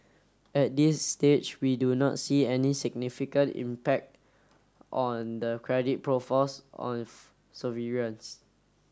at this stage we do not see any significant impact on the credit profiles of sovereigns